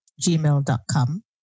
gmail.com